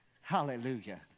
Hallelujah